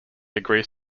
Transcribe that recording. agrees